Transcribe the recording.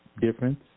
Difference